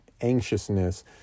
anxiousness